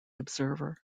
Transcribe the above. observer